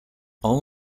all